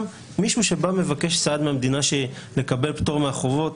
מישהו שבא ומבקש סעד מהמדינה כדי שיקבל פטור מהחובות,